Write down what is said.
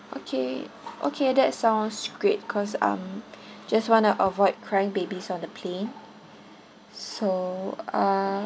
okay okay that sounds great cause um just want to avoid crying babies on the plane so uh